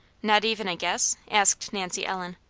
not even a guess? asked nancy ellen.